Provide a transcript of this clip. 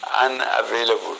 unavailable